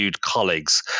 colleagues